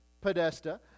Podesta